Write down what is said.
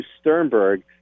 Sternberg